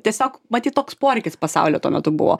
tiesiog matyt toks poreikis pasaulio tuo metu buvo